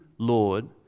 Lord